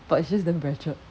but it's just damn ratchet